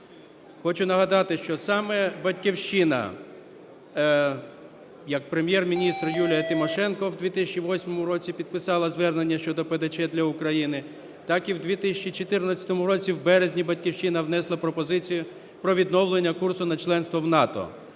Хочу нагадати що саме "Батьківщина", як Прем'єр-міністр Юлія Тимошенко в 2008 році підписала звернення щодо ПДЧ для України, так і в 2014 році, в березні, "Батьківщина" внесла пропозицію про відновлення курсу на членство в НАТО.